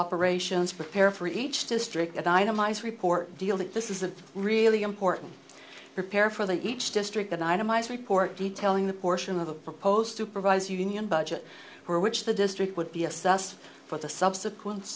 operations prepare for each district itemize report deal that this is a really important repair for the each district an itemized report detailing the portion of the proposed supervise union budget for which the district would be assessed for the subsequen